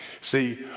See